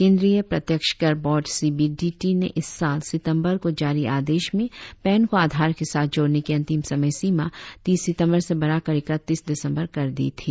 केंद्रीय प्रत्यक्ष कर बोर्ड सी बी डीटी ने इस साल सितंबर को जारी आदेश में पैन को आधार के साथ जोड़ने की अंतिम समय सीमा तीस सितंबर से बढ़ाकर इकत्तीस दिसंबर कर दी थी